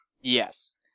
Yes